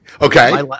Okay